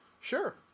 Sure